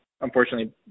unfortunately